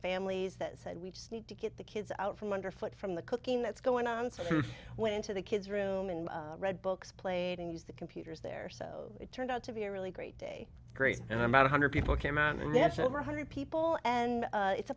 families that said we just need to get the kids out from under foot from the cooking that's going on way into the kids room and read books played and use the computers there so it turned out to be a really great day great and i met a hundred people came out and that's over a hundred people and it's a